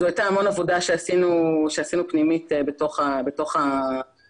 זאת הייתה המון עבודה פנימית שעשינו בתוך החברה,